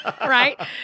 right